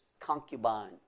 concubine